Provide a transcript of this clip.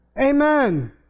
Amen